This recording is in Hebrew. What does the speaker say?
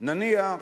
נניח